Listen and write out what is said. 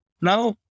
Now